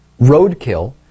roadkill